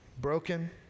broken